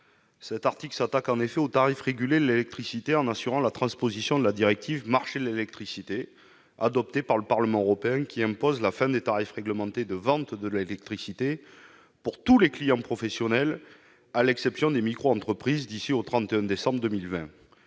L'article 10 s'attaque aux tarifs régulés de l'électricité en assurant la transposition de la directive Marchés de l'électricité adoptée par le Parlement européen, qui impose la fin des tarifs réglementés de vente d'électricité pour tous les clients professionnels, à l'exception des microentreprises, d'ici au 31 décembre 2020.